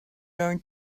learn